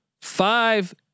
five